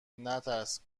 نترس